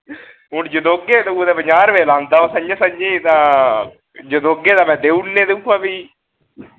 हून जितोगे तां कुतै पंजाह रपेऽ लांदा उत्थै इ'यां सर जी तां जतोगे ते मैं देई ओड़ने दिक्खोआं फ्ही